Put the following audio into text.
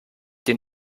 den